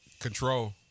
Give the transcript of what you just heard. control